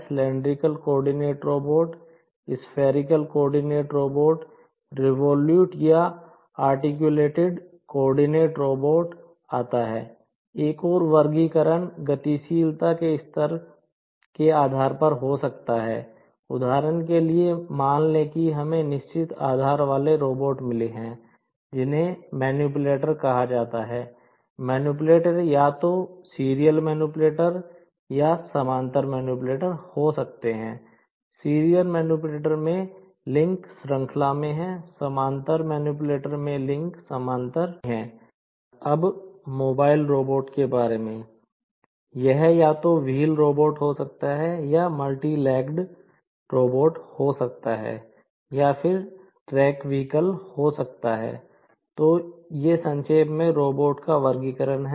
serial manipulator का वर्गीकरण हैं